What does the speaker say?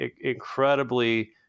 incredibly